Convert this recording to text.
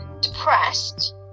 depressed